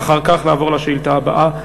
ואחר כך נעבור לשאילתה הבאה,